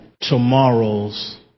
tomorrow's